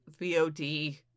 VOD